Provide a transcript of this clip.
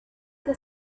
they